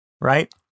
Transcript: right